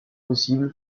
possible